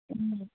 ꯎꯝ